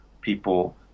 people